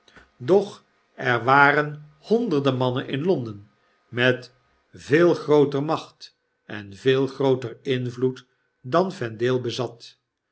doch er waren honderden mannen in l o n d e n met veel grooter macht en veel grooter invloed dan vendale bezat